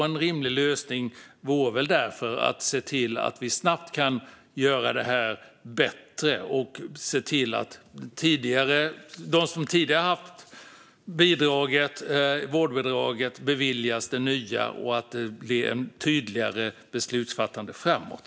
En rimlig lösning vore väl därför att se till att snabbt göra det här bättre, att se till att de som tidigare har haft vårdbidraget beviljas det nya och att det blir tydligare beslutsfattande framåt.